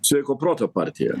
sveiko proto partija